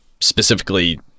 specifically